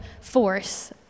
force